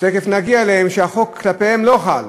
תכף נגיע אליהם שכלפיהם החוק לא חל,